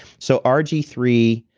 so r g three,